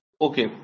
Okay